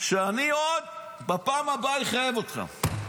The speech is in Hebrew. אני עוד בפעם הבאה אחייב אותך.